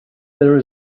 there